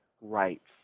rights